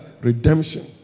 redemption